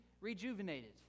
rejuvenated